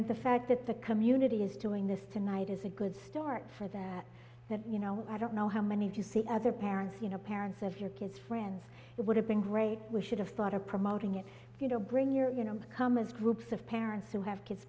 mean the fact that the community is doing this tonight is a good start for them that you know i don't know how many of you see other parents you know parents of your kids friends it would have been great we should have thought of promoting it you know bring your you know come as groups of parents who have kids